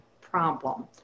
problem